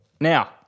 Now